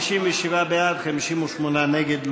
57 בעד, 58 נגד.